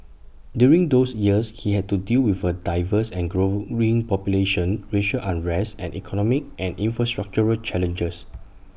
during those years he had to deal with A diverse and growing population racial unrest and economic and infrastructural challenges